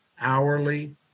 hourly